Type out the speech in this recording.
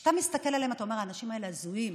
כשאתה מסתכל עליהם אתה אומר: האנשים האלה הזויים,